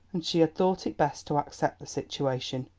and she had thought it best to accept the situation.